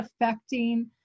affecting